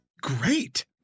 great